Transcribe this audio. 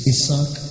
Isaac